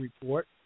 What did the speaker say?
Report